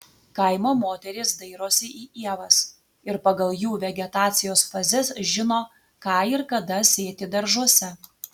kaimo moterys dairosi į ievas ir pagal jų vegetacijos fazes žino ką ir kada sėti daržuose